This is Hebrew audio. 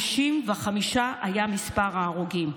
55 היה מספר ההרוגים.